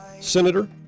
Senator